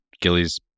Gilly's